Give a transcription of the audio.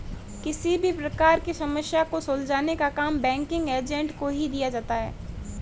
किसी भी प्रकार की समस्या को सुलझाने का काम बैंकिंग एजेंट को ही दिया जाता है